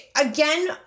again